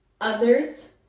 others